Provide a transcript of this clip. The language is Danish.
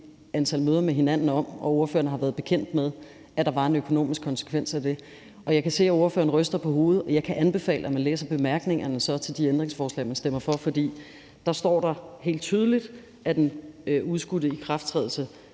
antal møder med hinanden om, og ordførerne har været bekendt med, at der var en økonomisk konsekvens af det. Jeg kan se, at ordføreren ryster på hovedet, og jeg kan så anbefale, at man læser bemærkningerne til de ændringsforslag, man stemmer for, for der står der helt tydeligt, at den udskudte ikrafttrædelse